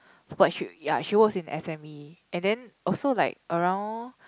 but she ya she work in S_M_E and then also like around